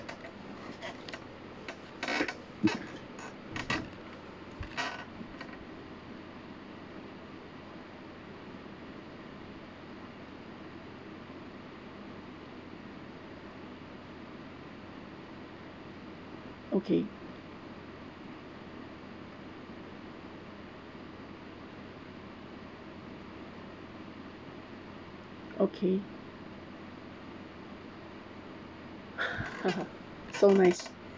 okay okay so nice